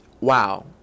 Wow